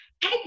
Hey